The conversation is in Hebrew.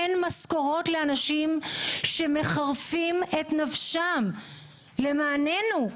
אין משכורות לאנשים שמחרפים את נפשם למעננו.